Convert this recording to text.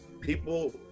people